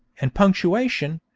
and punctuation,